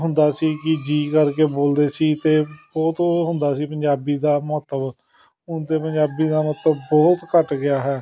ਹੁੰਦਾ ਸੀ ਕਿ ਜੀ ਕਰਕੇ ਬੋਲਦੇ ਸੀ ਅਤੇ ਬਹੁਤ ਓਹ ਹੁੰਦਾ ਸੀ ਪੰਜਾਬੀ ਦਾ ਮਹੱਤਵ ਹੁਣ ਤਾਂ ਪੰਜਾਬੀ ਦਾ ਮਹੱਤਵ ਬਹੁਤ ਘੱਟ ਗਿਆ ਹੈ